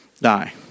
die